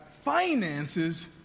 finances